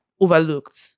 overlooked